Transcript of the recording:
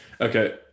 Okay